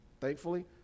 Thankfully